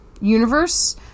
universe